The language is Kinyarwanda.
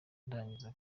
ndangiza